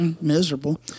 Miserable